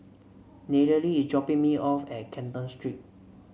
Nayeli is dropping me off at Canton Street